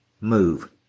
move